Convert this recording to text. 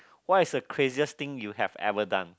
what is a craziest thing you have ever done